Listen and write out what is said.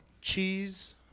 cheese